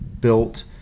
built